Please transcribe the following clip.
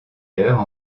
heure